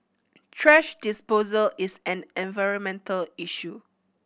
thrash disposal is an environmental issue